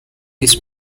this